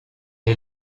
est